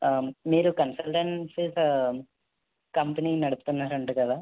ఆ మీరు consultancies company నడుపుతున్నారంటా కదా